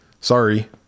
Sorry